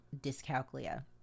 dyscalculia